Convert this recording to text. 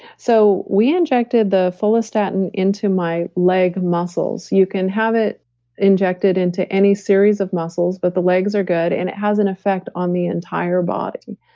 so we injected the follistatin into my leg muscles. you can have it injected into any series of muscles, but the legs are good and it has an effect on the entire body.